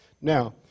Now